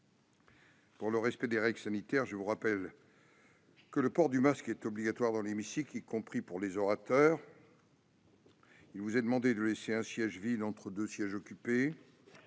pour le respect des règles sanitaires, je vous rappelle que le port du masque est obligatoire dans l'hémicycle, y compris pour les orateurs. Il vous est demandé de laisser un siège vide entre deux sièges occupés.